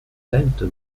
benton